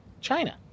china